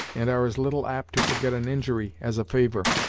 and are as little apt to forget an injury, as a favor.